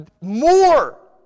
more